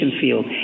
field